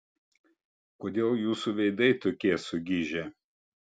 kodėl jūsų veidai tokie sugižę